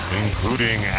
including